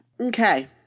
Okay